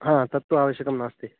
हा तत्तु आवश्यकं नास्ति